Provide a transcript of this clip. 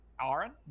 Aaron